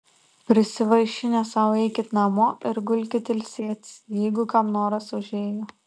prisivaišinę sau eikit namo ir gulkit ilsėtis jeigu kam noras užėjo